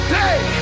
day